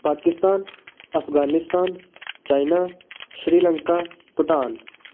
Pakistan Afghanistan China Sri Lanka Bhutan